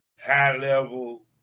high-level